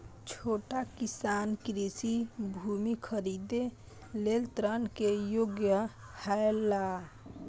छोट किसान कृषि भूमि खरीदे लेल ऋण के योग्य हौला?